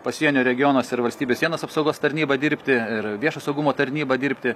pasienio regionuos ir valstybės sienos apsaugos tarnyba dirbti ir viešo saugumo tarnyba dirbti